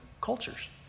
cultures